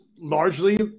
largely